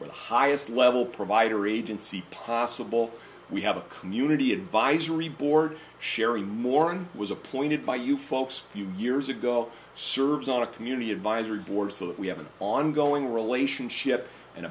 with the highest level provider agency possible we have a community advisory board sharing more on was appointed by you folks few years ago serves on a community advisory board so that we have an ongoing relationship an